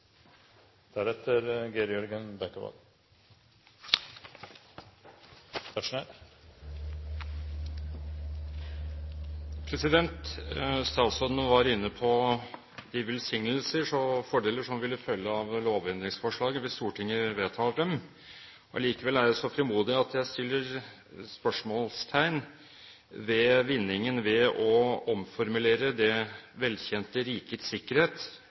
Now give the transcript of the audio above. Statsråden var inne på de velsignelser og fordeler som ville følge av lovendringsforslagene, hvis Stortinget vedtar dem. Allikevel er jeg så frimodig at jeg stiller spørsmål ved vinningen ved å omformulere det velkjente «rikets sikkerhet»